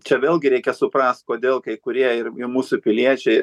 čia vėlgi reikia suprast kodėl kai kurie ir mūsų piliečiai